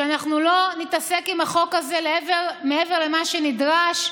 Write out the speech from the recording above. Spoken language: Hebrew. שלא נתעסק עם החוק הזה מעבר למה שנדרש,